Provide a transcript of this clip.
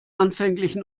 anfänglichen